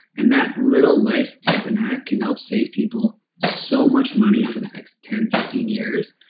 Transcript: and that little life tip and hack can help save people so much money over the next ten, fifteen years.